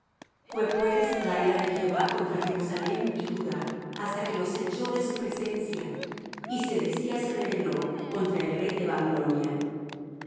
fué pues la ira de jehová contra jerusalem y judá hasta que los echó de su presencia y sedecías se rebeló contra el rey de babilonia